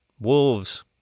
Wolves